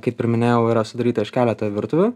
kaip ir minėjau yra sudaryta iš keleta virtuvių